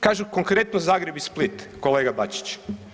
Kažu, konkretno Zagreb i Split, kolega Bačić.